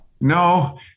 No